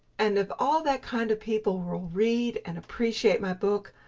and if all that kind of people will read and appreciate my book,